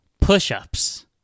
Push-ups